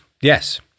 yes